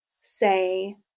say